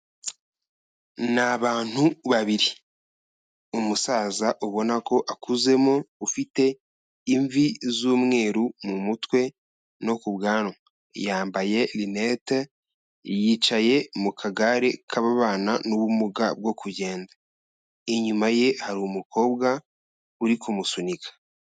Ni abantu babiri, umusaza ubona ko akuzemo, ufite imvi z'umweru mu mutwe no ku bwanwa, yambaye rinete, yicaye mu kagare k'ababana n'ubumuga bwo kugenda, inyuma ye hari umukobwa uri kumusunika.